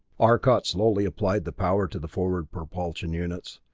arcot slowly applied the power to the forward propulsion units.